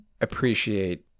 Appreciate